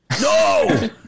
No